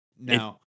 Now